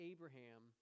Abraham